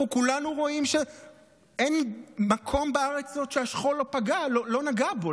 אנחנו כולנו רואים שאין מקום בארץ הזאת שהשכול לא נגע בו,